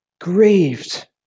grieved